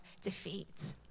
defeat